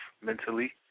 mentally